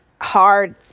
hard